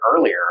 earlier